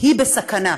היא בסכנה.